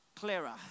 clearer